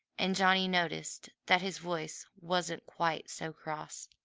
and johnny noticed that his voice wasn't quite so cross.